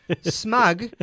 smug